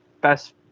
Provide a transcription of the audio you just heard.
best